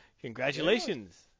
Congratulations